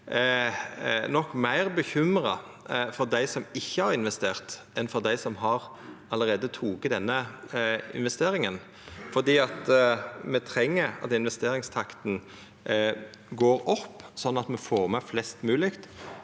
nok meir bekymra for dei som ikkje har investert, enn for dei som allereie har teke denne investeringa, for me treng at investeringstakta går opp, sånn at me får med flest mogleg,